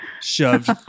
shoved